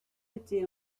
été